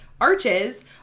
arches